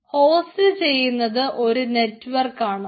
host ചെയ്യുന്നത് ഒരു നേർവഴിക്ക് ആണ്